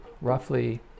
roughly